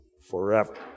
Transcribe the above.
forever